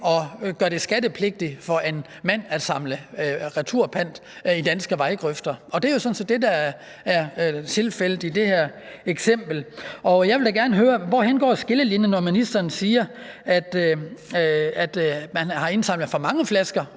og gør det skattepligtigt for en mand at samle returpant i danske vejgrøfter. Det er jo sådan set det, der er tilfældet i det her eksempel. Jeg vil da gerne høre, hvor skillelinjen går henne, når ministeren siger, at man kan indsamle for mange flasker